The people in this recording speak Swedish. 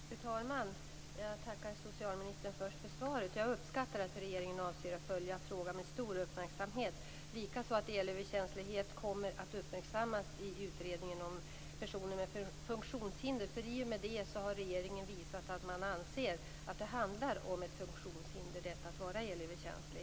Fru talman! Jag tackar först socialministern för svaret. Jag uppskattar att regeringen avser att följa frågan med stor uppmärksamhet, likaså att elöverkänslighet kommer att uppmärksammas i utredningen om personer med funktionshinder. I och med det har regeringen visat att man anser att det handlar om ett funktionshinder att vara elöverkänslig.